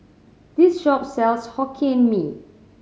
this shop sells Hokkien Mee